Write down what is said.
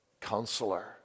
counselor